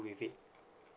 with it